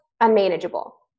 unmanageable